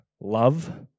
Love